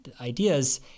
ideas